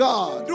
God